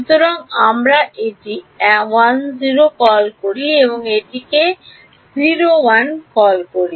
আসুন আমরা এটি 10 কল করি এবং এটিকে 01 কল করি